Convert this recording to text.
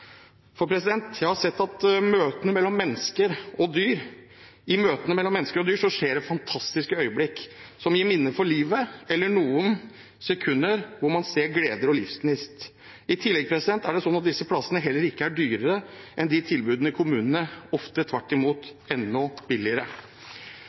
for demente. Jeg har sett fantastiske øyeblikk i møtene mellom mennesker og dyr – som gir minner for livet eller noen sekunder hvor man ser glede og livsgnist. Disse plassene er heller ikke dyrere enn tilbudene i kommunene, ofte tvert imot